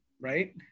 right